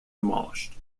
demolished